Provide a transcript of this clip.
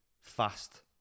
fast